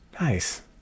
Nice